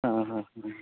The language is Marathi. हां हां हां